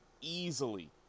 Easily